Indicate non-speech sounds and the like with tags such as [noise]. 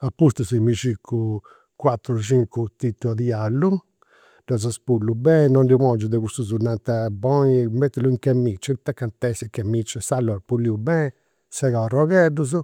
apustis mi circu cuatru cincu titua di allu, ddas pullu beni. Non ndi pongiu de cussus, [hesitation] ponni, mettilo in camicia, ita ca ant'essi in camicia, s'allu 'oit puliu beni, segau arrogheddus